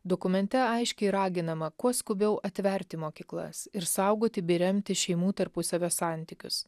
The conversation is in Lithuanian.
dokumente aiškiai raginama kuo skubiau atverti mokyklas ir saugoti bei remti šeimų tarpusavio santykius